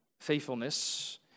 faithfulness